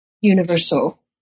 universal